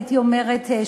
הייתי אומרת,